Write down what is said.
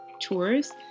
tours